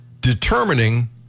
determining